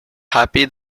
happy